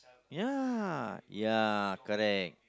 ya ya correct